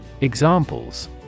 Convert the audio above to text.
Examples